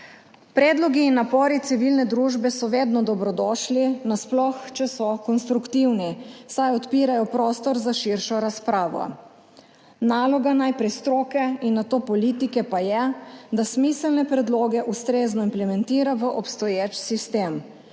Predlogi in napori civilne družbe so vedno dobrodošli, nasploh, če so konstruktivni, saj odpirajo prostor za širšo razpravo. Naloga najprej stroke in nato politike pa je, da smiselne predloge ustrezno implementira v obstoječ sistem,